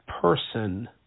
person